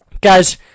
guys